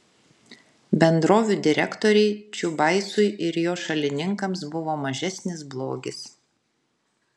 bendrovių direktoriai čiubaisui ir jo šalininkams buvo mažesnis blogis